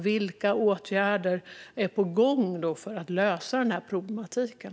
Vilka åtgärder är på gång för att lösa den här problematiken?